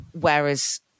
Whereas